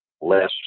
less